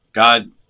God